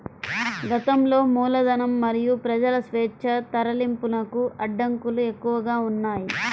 గతంలో మూలధనం మరియు ప్రజల స్వేచ్ఛా తరలింపునకు అడ్డంకులు ఎక్కువగా ఉన్నాయి